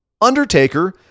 Undertaker